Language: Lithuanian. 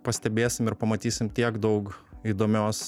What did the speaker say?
pastebėsim ir pamatysim tiek daug įdomios